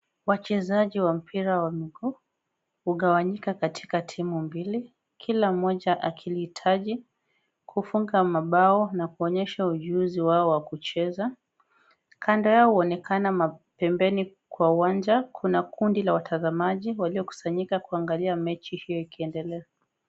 Wachezaji wa mpira wa miguu hugawanyika katika timu mbili. Kila mmoja akilihitaji kufunga mabao na kuonyesha ujuzi wao wa kucheza. Kando yao huonekana pembeni kwa uwanja kuna kundi la watazamaji waliokusanyika kuangalia mechi hiyo ikiendelea.